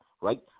right